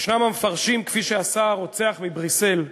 יש המפרשים, כפי שעשה הרוצח בבריסל,